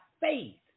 faith